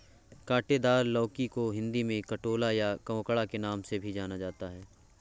काँटेदार लौकी को हिंदी में कंटोला या ककोड़ा के नाम से भी जाना जाता है